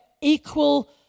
equal